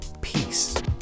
peace